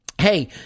Hey